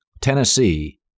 Tennessee